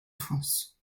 france